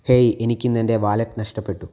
hey എനിക്ക് ഇന്ന് എന്റെ വാലറ്റ് നഷ്ടപ്പെട്ടു